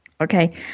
Okay